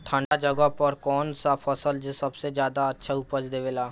ठंढा जगह पर कौन सा फसल सबसे ज्यादा अच्छा उपज देवेला?